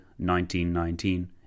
1919